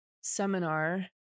seminar